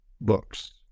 books